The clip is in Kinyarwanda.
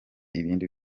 ibindi